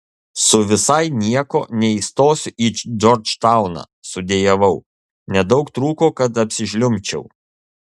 su visai nieko neįstosiu į džordžtauną sudejavau nedaug trūko kad apsižliumbčiau